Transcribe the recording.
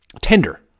tender